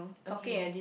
okay